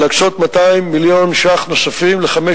להקצות 200 מיליון שקל נוספים לחמש